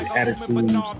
attitude